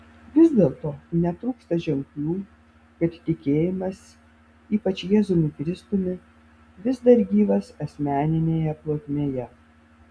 vis dėlto netrūksta ženklų kad tikėjimas ypač jėzumi kristumi vis dar gyvas asmeninėje plotmėje